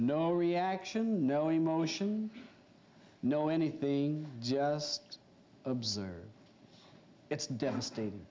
no reaction no emotion no anything just observe it's devastating